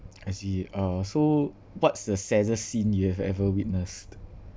I see uh so what's the saddest scene you have ever witnessed